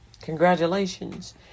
Congratulations